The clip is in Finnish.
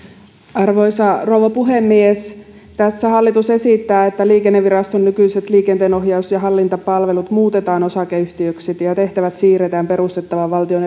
arvoisa rouva puhemies tässä hallitus esittää että liikenneviraston nykyiset liikenteenohjaus ja hallintapalvelut muutetaan osakeyhtiöksi ja tehtävät siirretään perustettavaan valtion